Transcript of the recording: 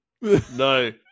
No